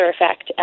effect